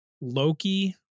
Loki